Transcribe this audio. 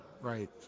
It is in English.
Right